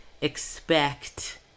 expect